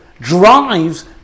drives